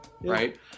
Right